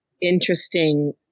interesting